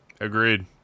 Agreed